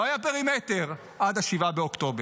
לא היה פרימטר עד 7 באוקטובר.